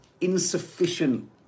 insufficient